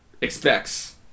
expects